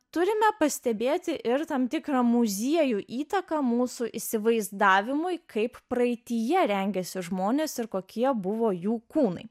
turime pastebėti ir tam tikrą muziejų įtaką mūsų įsivaizdavimui kaip praeityje rengiasi žmonės ir kokie buvo jų kūnai